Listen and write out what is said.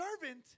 servant